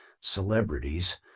celebrities